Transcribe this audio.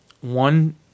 one